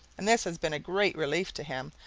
and this has been a great relief to him,